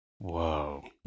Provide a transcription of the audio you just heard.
Whoa